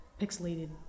pixelated